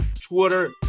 Twitter